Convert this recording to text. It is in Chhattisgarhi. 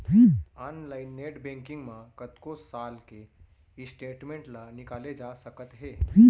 ऑनलाइन नेट बैंकिंग म कतको साल के स्टेटमेंट ल निकाले जा सकत हे